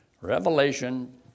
Revelation